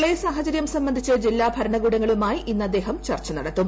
പ്രളയ സാഹചര്യം സംബന്ധിച്ച് ജില്ലാ ഭരണകൂടങ്ങളുമായി ഇന്ന് അദ്ദേഹം ചർച്ച നടത്തും